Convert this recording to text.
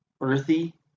earthy